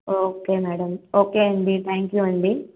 okay madam okay అండి thank you అండి